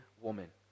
woman